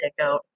takeout